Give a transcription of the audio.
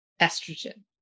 estrogen